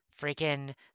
freaking